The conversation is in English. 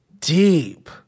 deep